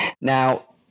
Now